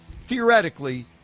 theoretically